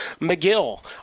McGill